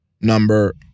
number